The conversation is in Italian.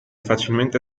facilmente